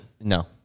No